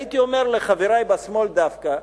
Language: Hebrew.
הייתי אומר לחברי בשמאל דווקא: